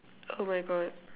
oh my God